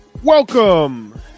Welcome